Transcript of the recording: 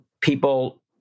people